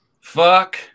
fuck